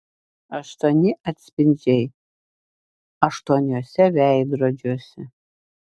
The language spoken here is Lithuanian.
aštuoni atspindžiai aštuoniuose veidrodžiuose